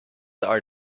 are